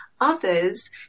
Others